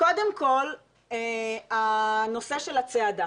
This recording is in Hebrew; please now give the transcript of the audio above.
קודם כל הנושא של הצעדה